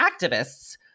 activists